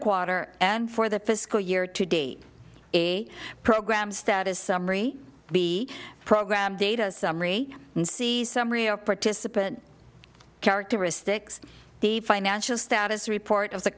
quarter and for the fiscal year to date a program status summary b program data summary and see summary of participant characteristics the financial status report of the